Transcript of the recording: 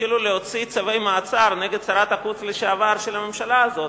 התחילו להוציא צווי מעצר נגד שרת החוץ לשעבר של הממשלה הזאת.